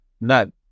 No